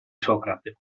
socrate